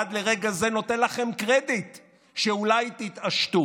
ועד לרגע זה הוא נותן לכם קרדיט שאולי תתעשתו,